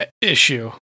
issue